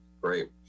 Great